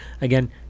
Again